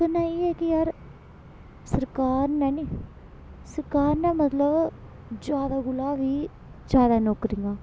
कन्नै एह ऐ कि यार सरकार ने नी सरकार ने मतलब ज्यादा कोला बी ज्यादा नौकरियां